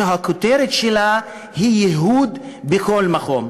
שהכותרת שלה היא ייהוד בכל מקום.